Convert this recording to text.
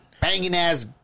banging-ass